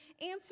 answer